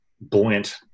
buoyant